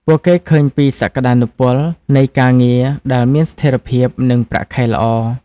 ពួកគេឃើញពីសក្តានុពលនៃការងារដែលមានស្ថិរភាពនិងប្រាក់ខែល្អ។